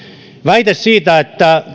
väite siitä että